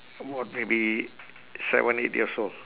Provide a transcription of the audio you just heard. about maybe seven eight years old